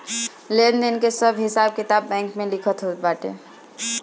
लेन देन कअ सब हिसाब किताब बैंक में लिखल होत बाटे